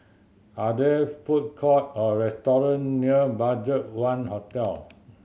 are there food court or restaurant near BudgetOne Hotel